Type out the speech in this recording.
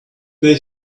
they